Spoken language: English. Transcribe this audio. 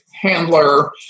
handler